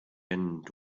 end